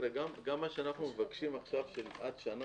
גם מה שאנחנו עכשיו מבקשים של עד שנה,